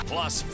Plus